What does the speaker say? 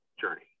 journey